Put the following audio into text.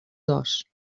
dos